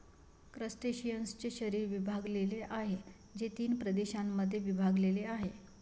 क्रस्टेशियन्सचे शरीर विभागलेले आहे, जे तीन प्रदेशांमध्ये विभागलेले आहे